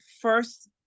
first